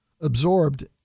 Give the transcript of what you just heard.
absorbed